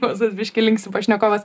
juozas biški linksi pašnekovas